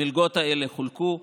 המלגות האלה חולקו.